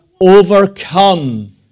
overcome